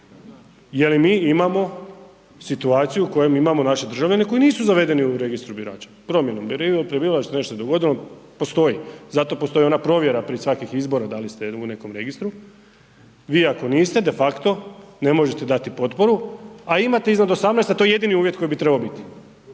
jer i mi imamo situaciju u kojoj imamo naše državljane koji nisu zavedeni u Registru birača, promjenom .../Govornik se ne razumije./... prebivališta, nešto se dogodilo, postoji, zato postoji ona provjera prije svakih izbora da li ste u nekom registru, vi ako niste, de facto ne možete dati potporu a imate iznad 18. a to je jedini uvjet koji bi trebao biti.